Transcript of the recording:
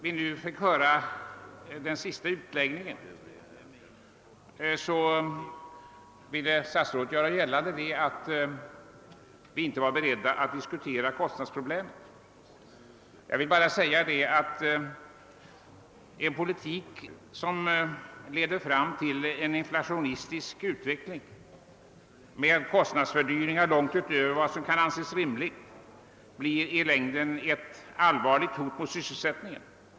I sin senaste utläggning ville statsrådet Wickman göra gällande att högern inte var beredd att diskutera kostnadsproblemen. Jag vill bara säga att en politik, som leder fram till en inflationistisk utveckling med en kostnadsfördyring långt utöver vad som kan anses rimligt, blir i längden ett allvarligt hot mot sysselsättningen.